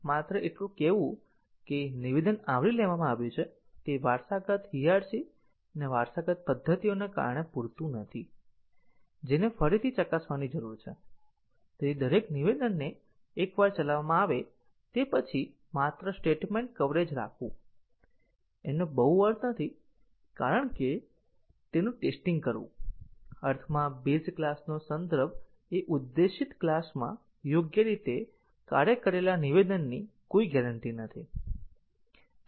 માત્ર એટલું કહેવું કે નિવેદન આવરી લેવામાં આવ્યું છે તે વારસાગત હિયાર્ચી અને વારસાગત પદ્ધતિઓને કારણે પૂરતું નથી જેને ફરીથી ચકાસવાની જરૂર છે દરેક નિવેદનને એકવાર ચલાવવામાં આવે તે પછી માત્ર સ્ટેટમેન્ટ કવરેજ રાખવું એનો બહુ અર્થ નથી કારણ કે તેનું ટેસ્ટીંગ કરવું અર્થમાં બેઝ ક્લાસનો સંદર્ભ એ ઉદ્દેશિત ક્લાસમાં યોગ્ય રીતે કાર્ય કરેલા નિવેદનની કોઈ ગેરંટી નથી